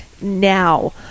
now